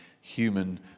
human